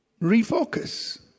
refocus